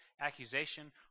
accusation